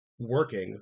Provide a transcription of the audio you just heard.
Working